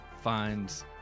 find